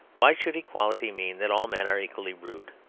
why should equality mean that all men are equally rude?